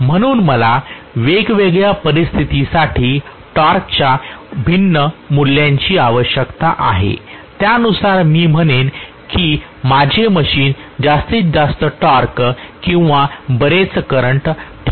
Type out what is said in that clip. म्हणून मला वेगवेगळ्या परिस्थितींसाठी टॉर्कच्या भिन्न मूल्यांची आवश्यकता आहे ज्यानुसार मी म्हणेन की माझे मशीन जास्तीत जास्त टॉर्क किंवा बरेच करंट ठेवू शकते